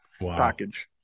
package